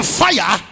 fire